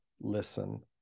listen